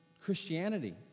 Christianity